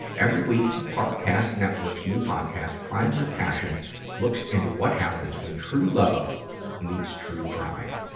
every week, the parcast network's new podcast, crimes of passion looks into what happens when true love meets true crime.